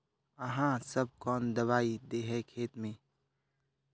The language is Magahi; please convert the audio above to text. आहाँ सब कौन दबाइ दे है खेत में?